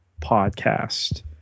podcast